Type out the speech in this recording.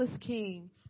king